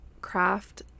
craft